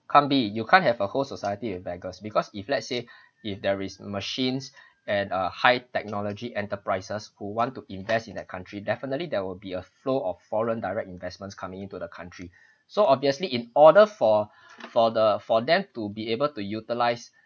can't be you can't have a whole society with beggars because if let's say if there is machines and a high technology enterprises who want to invest in that country definitely there will be a flow of foreign direct investments coming into the country so obviously in order for for the for them to be able to utilize